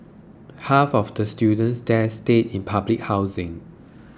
half of the students there stay in public housing